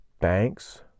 banks